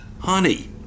Honey